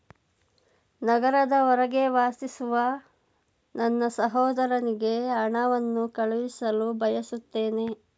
ನಗರದ ಹೊರಗೆ ವಾಸಿಸುವ ನನ್ನ ಸಹೋದರನಿಗೆ ಹಣವನ್ನು ಕಳುಹಿಸಲು ಬಯಸುತ್ತೇನೆ